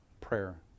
prayer